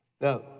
Now